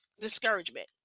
discouragement